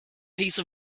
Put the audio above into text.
piece